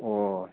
ओ